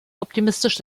optimistisch